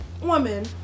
woman